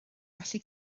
gallu